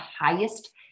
highest